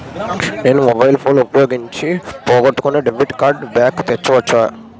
నేను mobile phone ఉపయోగించి పోగొట్టుకున్న డెబిట్ కార్డ్ని బ్లాక్ చేయవచ్చా?